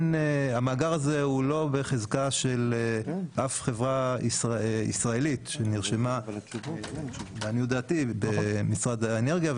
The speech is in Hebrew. המאגר הזה הוא לא בחזקה של אף חברה ישראלית שנרשמה במשרד האנרגיה,